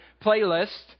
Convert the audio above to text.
playlist